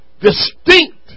distinct